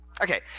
Okay